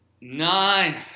nine